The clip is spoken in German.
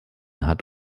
hat